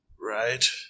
Right